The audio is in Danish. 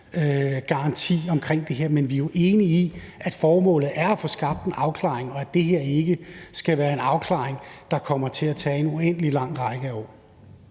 forhold til det her, men vi er jo enige i, at formålet er at få skabt en afklaring, og at det her ikke skal være en afklaring, der kommer til at tage en uendelig lang række af år.